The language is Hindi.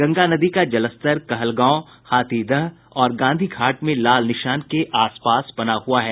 गंगा नदी का जलस्तर कहलगांव हाथीदह और गांधी घाट में लाल निशान के आसपास बना हुआ है